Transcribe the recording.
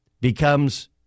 becomes